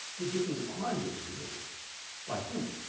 that this was a crime that was committed by him,